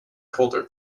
colder